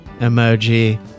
emoji